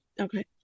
okay